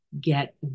get